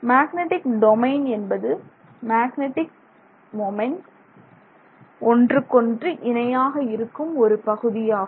magnetic domain என்பது magnetic moments ஒன்றுக்கொன்று இணையாக இருக்கும் ஒரு பகுதியாகும்